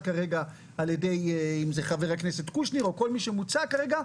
כרגע על ידי חבר הכנסת קושניר או כל מי שמציע כרגע,